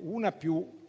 una è